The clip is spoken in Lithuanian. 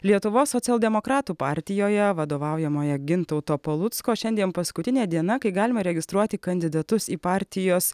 lietuvos socialdemokratų partijoje vadovaujamoje gintauto palucko šiandien paskutinė diena kai galima registruoti kandidatus į partijos